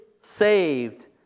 saved